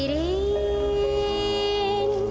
a